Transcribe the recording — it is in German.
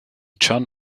chan